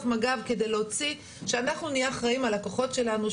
מג"ב כדי שאנחנו נהיה אחראים על הכוחות שלנו,